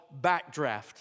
Backdraft